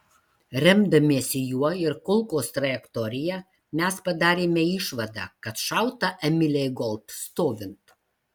remdamiesi juo ir kulkos trajektorija mes padarėme išvadą kad šauta emilei gold stovint